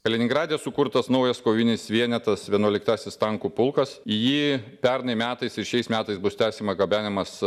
kaliningrade sukurtas naujas kovinis vienetas vienuoliktasis tankų pulkas į jį pernai metais ir šiais metais bus tęsiama gabenimas